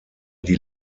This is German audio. die